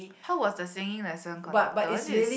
how was the singing lesson conducted was it